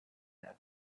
net